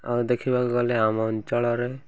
ଆଉ ଦେଖିବାକୁ ଗଲେ ଆମ ଅଞ୍ଚଳରେ